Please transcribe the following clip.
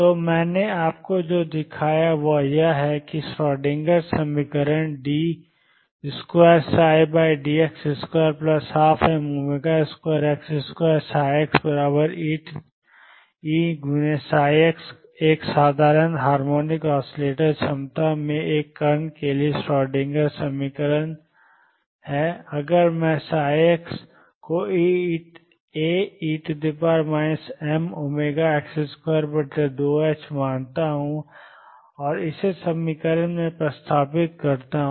तो मैंने आपको जो दिखाया है वह यह है कि श्रोडिंगर समीकरण d2dx2 12m2x2xEψx एक साधारण हार्मोनिक ऑसीलेटर क्षमता में एक कण के लिए श्रोडिंगर समीकरण अगर मैं x को Ae mω2ℏx2 मानता हूं और इसे समीकरण में प्रतिस्थापित करता हूं